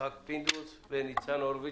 יצחק פינדרוס וניצן הורוביץ.